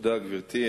תודה, גברתי.